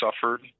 suffered